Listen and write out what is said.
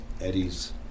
Eddie's